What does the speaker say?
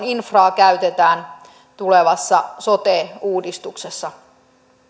infraa käytetään tulevassa sote uudistuksessa